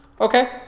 Okay